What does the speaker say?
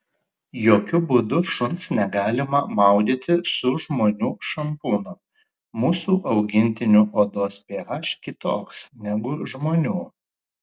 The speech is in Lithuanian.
jokiu būdu šuns negalima maudyti su žmonių šampūnu mūsų augintinių odos ph kitoks negu žmonių